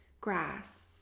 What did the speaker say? grass